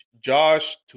Josh